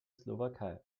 slowakei